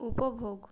উপভোগ